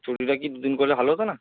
ছুটিটা কি দুদিন করলে ভালো হত না